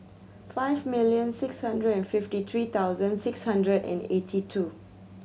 five million six hundred and fifty three thousand six hundred and eighty two